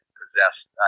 possessed